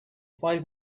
five